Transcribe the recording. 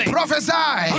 Prophesy